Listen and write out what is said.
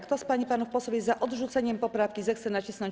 Kto z pań i panów posłów jest za odrzuceniem poprawki, zechce nacisnąć